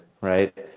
right